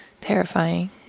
terrifying